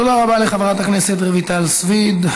תודה רבה, לחברת הכנסת רויטל סויד.